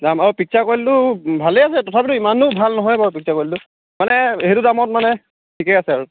যাম আৰু পিক্সাৰ কুৱালিটিটো ভালেই আছে তথাপিতো ইমানো ভাল নহয় বাৰু পিক্সাৰ কুৱালিটিটো মানে সেইটো দামত মানে ঠিকেই আছে আৰু